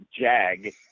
Jag